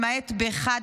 למעט באחד,